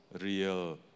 real